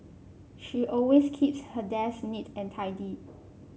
she always keeps her desk neat and tidy